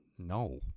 No